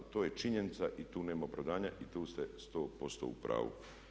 To je činjenica i tu nema opravdanja i tu ste 100% u pravu.